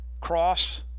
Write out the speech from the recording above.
Cross